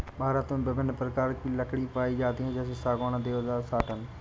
भारत में विभिन्न प्रकार की लकड़ी पाई जाती है जैसे सागौन, देवदार, साटन